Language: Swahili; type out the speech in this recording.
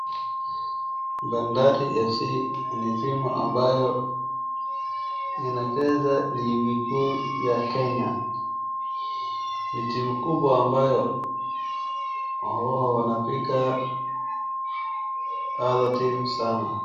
Bandari FC ni timu ambayo inacheza ligi kuu ya Kenya. Ni timu kubwa ambayo huwa wanapiga other teams sana.